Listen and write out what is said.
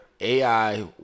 AI